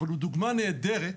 אבל הוא דוגמה נהדרת,